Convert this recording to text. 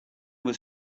was